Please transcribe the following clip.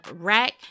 rack